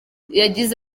yagize